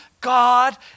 God